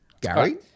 Gary